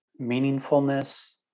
meaningfulness